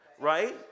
right